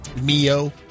Mio